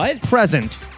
present